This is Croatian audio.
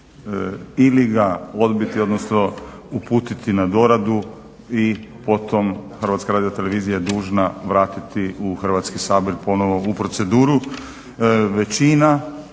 ili ga odbiti odnosno uputiti na doradu i po tom HRT-a dužna vratiti u Hrvatski sabor ponovno u proceduru